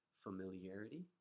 familiarity